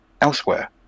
elsewhere